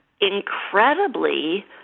incredibly